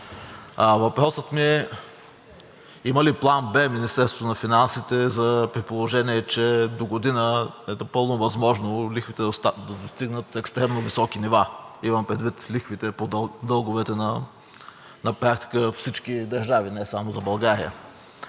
Въпросът ми е: има ли план Б Министерството на финансите, при положение че догодина е напълно възможно лихвите да достигнат екстремно високи нива? Имам предвид лихвите по дълговете – на практика за всички държави, не само за България.